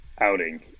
outing